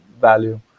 value